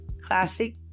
classic